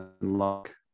luck